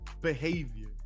Behavior